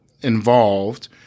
involved